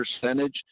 percentage